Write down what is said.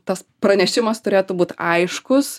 tas pranešimas turėtų būt aiškus